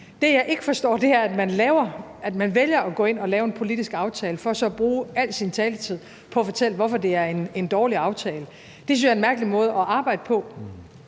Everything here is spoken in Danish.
Det, jeg ikke forstår, er, at man vælger at gå ind og lave en politisk aftale for så at bruge al sin taletid på at fortælle, hvorfor det er en dårlig aftale. Det synes jeg er en mærkelig måde at arbejde på,